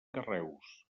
carreus